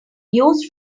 used